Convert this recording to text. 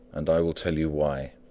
and i will tell you why.